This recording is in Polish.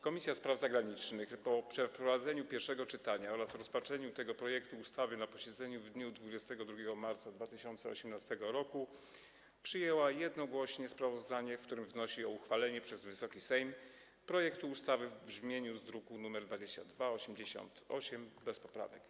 Komisja Spraw Zagranicznych po przeprowadzeniu pierwszego czytania oraz rozpatrzeniu tego projektu ustawy na posiedzeniu w dniu 22 marca 2018 r. przyjęła jednogłośnie sprawozdanie, w którym wnosi o uchwalenie przez Wysoki Sejm projektu ustawy w brzmieniu z druku nr 2288, bez poprawek.